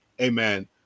amen